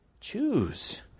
Choose